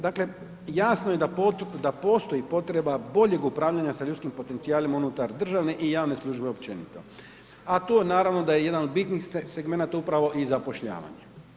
Dakle, jasno je da postoji potreba boljeg upravljanja sa ljudskim potencijalima unutar državne i javne službe općenito, a to naravno da je jedan od bitnih segmenata, upravo i zapošljavanje.